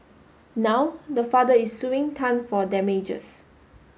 now the father is suing Tan for damages